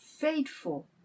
faithful